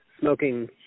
smoking